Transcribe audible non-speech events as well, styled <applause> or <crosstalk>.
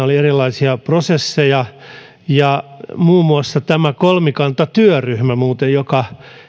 <unintelligible> oli erilaisia prosesseja muun muassa tämä kolmikantatyöryhmä muuten joka <unintelligible>